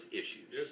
issues